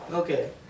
Okay